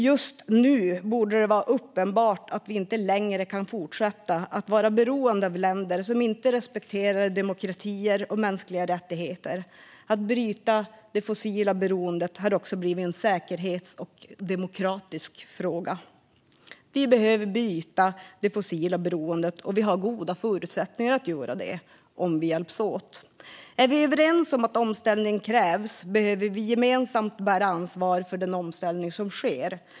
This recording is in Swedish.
Just nu borde det vara uppenbart att vi inte längre kan fortsätta att vara beroende av länder som inte respekterar demokrati och mänskliga rättigheter. Att bryta det fossila beroendet har också blivit en säkerhetspolitisk och demokratisk fråga. Vi behöver bryta det fossila beroendet, och har vi goda förutsättningar att göra det om vi hjälps åt. Är vi överens om att omställning krävs behöver vi gemensamt bära ansvar för den omställning som sker.